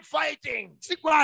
fighting